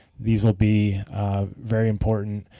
these will be very important.